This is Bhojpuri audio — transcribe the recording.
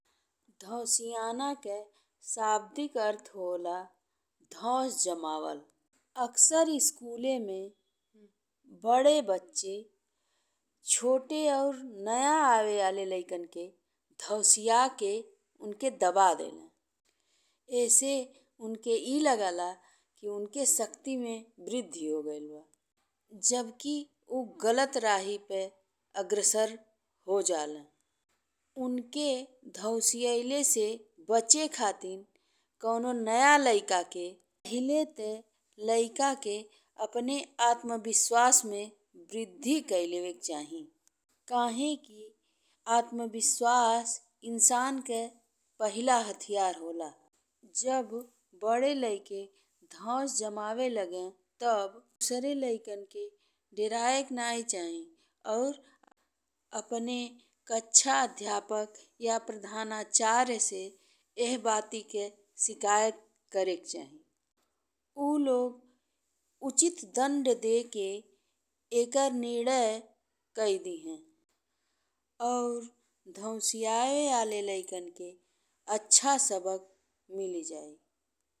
धोसियाना के शाब्दिक अर्थ होला धोस जमावल। अकसर स्कूल में बड़े बच्चे छोटे और नया आवे वाले लइकन के ढौसिया के ओनके दबा देले। एसे उनखे ई लागेला कि उनखे शक्ति में वृद्धि हो गइल बा जबकि ऊ गलत राही पे अग्रसर हो जाले उनखें धोसियाल से बचे खातिर कउनो नया लइका के पहिले ते लइका के अपने आत्मविश्वास में वृद्धि कइ लेवे के चाही काहेकि आत्मविश्वास इंसान के पहिला हथियार होला। जब बड़े लइके धोस जमावे लगे ते दूसरे लइकन के डेराएक नहीं चाही और अपने कक्षा अध्यापक या प्रधानाचार्य से एह बात के सिकायत करेके चाही। ऊ लोग उचित दंड देके एकर नदिर्य कइ दिहे अउर ढौसियायें वाला लइकन के अच्छा सबक मिलि जाइ।